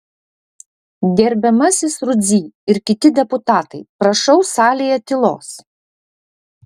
gerbiamasis rudzy ir kiti deputatai prašau salėje tylos